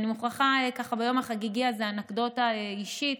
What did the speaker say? ביום החגיגי הזה, אני מוכרחה אנקדוטה אישית.